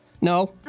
No